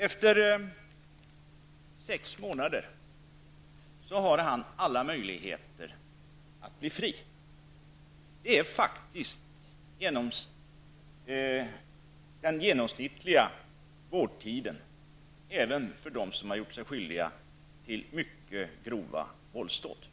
Efter sex månader har han alla möjligheter att bli fri. Det är den genomsnittliga vårdtiden, även för dem som har gjort sig skyldiga till mycket grova våldsdåd.